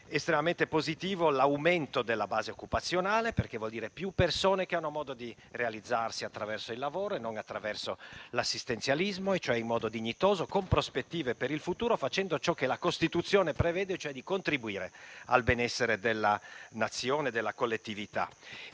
estremamente positivo, perché vuol dire che più persone hanno modo di realizzarsi attraverso il lavoro e non attraverso l'assistenzialismo, cioè in modo dignitoso, con prospettive per il futuro, facendo ciò che la Costituzione prevede, cioè contribuire al benessere della Nazione e della collettività.